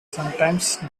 sometimes